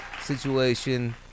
situation